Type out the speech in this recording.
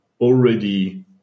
already